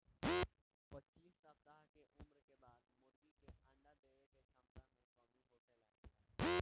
पच्चीस सप्ताह के उम्र के बाद मुर्गी के अंडा देवे के क्षमता में कमी होखे लागेला